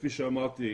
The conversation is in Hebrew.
כפי שאמרתי,